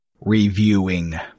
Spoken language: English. Reviewing